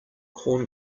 corn